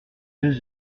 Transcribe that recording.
deux